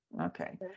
Okay